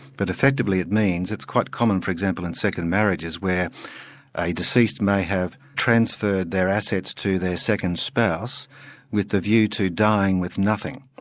but effectively it means it's quite common for example, in second marriages where a deceased may have transferred their assets to their second spouse with the view to dying with nothing.